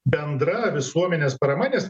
bendra visuomenės parama nes